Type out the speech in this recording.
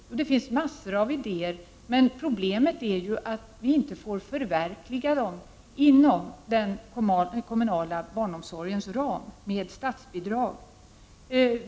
Jo, det finns massor av idéer. Problemet är ju att vi inte får förverkliga dem inom den kommunala barnomsorgens ram med statsbidrag.